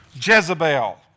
Jezebel